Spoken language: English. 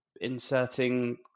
inserting